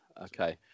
Okay